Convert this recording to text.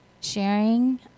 sharing